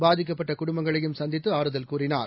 பாதிக்கப்பட்ட குடும்பங்களையும் சந்தித்து ஆறுதல் கூறினார்